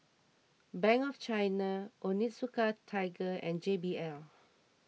Bank of China Onitsuka Tiger and J B L